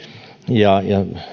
ja